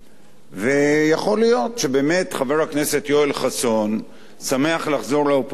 ויכול להיות שבאמת חבר הכנסת יואל חסון שמח לחזור לאופוזיציה.